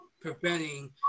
preventing